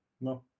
No